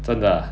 真的